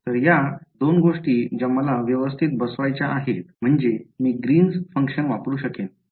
तर या दोन गोष्टी ज्या मला व्यवस्थित बसवायच्या आहेत म्हणजे मी ग्रीन्स फंक्शन वापरू शकेन